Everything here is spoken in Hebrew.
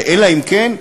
ואלא אם כן,